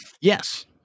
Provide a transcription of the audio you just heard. Yes